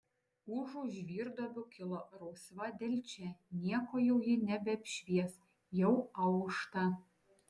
užu žvyrduobių kilo rausva delčia nieko jau ji nebeapšvies jau aušta